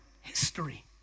History